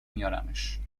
میارمش